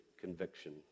conviction